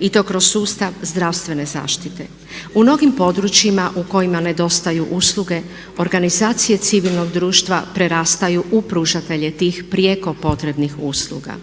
i to kroz sustav zdravstvene zaštite. U mnogim područjima u kojima nedostaju usluge organizacije civilnog društva prerastaju u pružatelje tih prijeko potrebnih usluga.